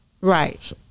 Right